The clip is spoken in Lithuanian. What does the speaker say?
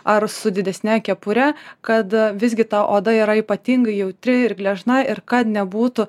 ar su didesne kepure kad a visgi ta oda yra ypatingai jautri ir gležna ir kad nebūtų